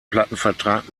plattenvertrag